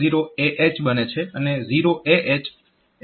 0AH A positive number છે